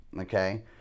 okay